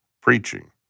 preaching